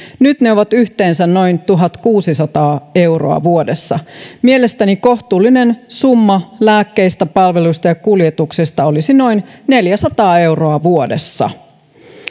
nyt ne ovat yhteensä noin tuhatkuusisataa euroa vuodessa mielestäni kohtuullinen summa lääkkeistä palveluista ja kuljetuksista olisi noin neljäsataa euroa vuodessa